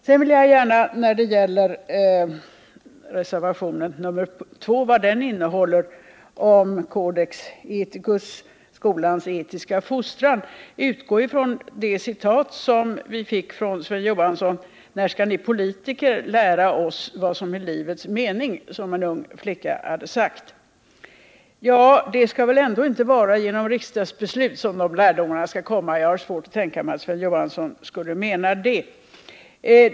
Sedan vill jag gärna, när det gäller det som sägs i reservationen 2 om en codex ethicus för skolans etiska fostran, utgå från det citat som vi fick från Sven Johansson. När skall ni politiker lära oss vad som är livets mening, som en ung flicka hade sagt. Det skall väl inte vara genom något riksdagsbeslut som man ger denna kunskap. Jag har svårt att tro att Sven Johansson skulle mena det.